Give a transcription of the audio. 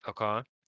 Okay